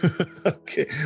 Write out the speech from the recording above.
Okay